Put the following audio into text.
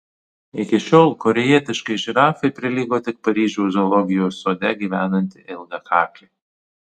iki šiol korėjietiškai žirafai prilygo tik paryžiaus zoologijos sode gyvenanti ilgakaklė